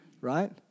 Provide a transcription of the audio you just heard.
Right